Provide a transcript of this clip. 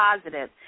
positive